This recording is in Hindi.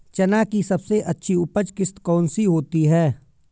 चना की सबसे अच्छी उपज किश्त कौन सी होती है?